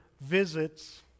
visits